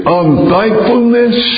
unthankfulness